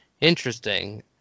Interesting